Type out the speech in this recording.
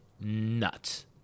nuts